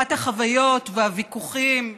וחלוקת החוויות והוויכוחים,